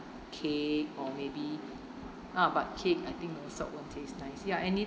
cake or maybe ah but cake I think it'll sort won't taste nice ya any~